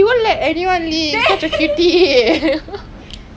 !huh! !wah! time pass by damn fast ah